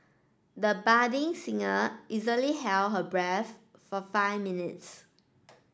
the budding singer easily held her breath for five minutes